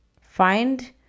find